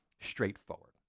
straightforward